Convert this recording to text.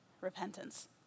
repentance